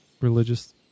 religious